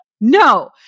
no